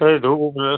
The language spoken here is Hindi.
थोड़ी धूप ऊप